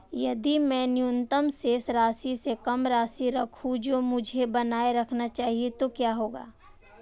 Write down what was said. यदि मैं न्यूनतम शेष राशि से कम राशि रखूं जो मुझे बनाए रखना चाहिए तो क्या होगा?